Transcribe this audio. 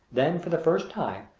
then, for the first time,